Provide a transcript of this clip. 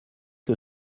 que